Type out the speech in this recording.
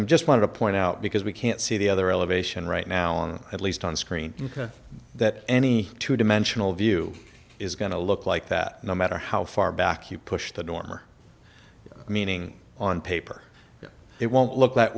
i'm just want to point out because we can't see the other elevation right now on at least on screen that any two dimensional view is going to look like that no matter how far back you push the norm or meaning on paper it won't look that